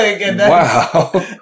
wow